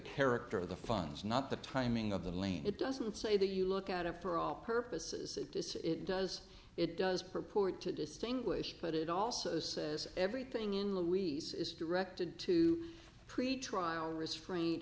character of the fun's not the timing of the lane it doesn't say that you look at it for all purposes it does it does it does purport to distinguish but it also says everything in louise is directed to pretrial restraint